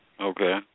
Okay